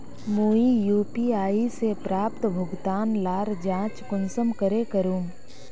मुई यु.पी.आई से प्राप्त भुगतान लार जाँच कुंसम करे करूम?